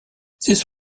this